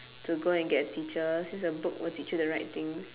to go and get a teacher since a book will teach you the right things